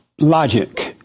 Logic